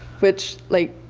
which, like,